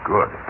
Good